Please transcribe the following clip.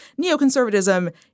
neoconservatism